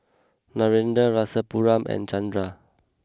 Narendra Rasipuram and Chanda